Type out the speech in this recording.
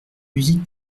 musique